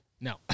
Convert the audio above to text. No